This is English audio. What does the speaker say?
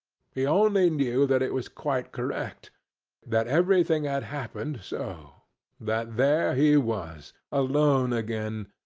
he only knew that it was quite correct that everything had happened so that there he was, alone again,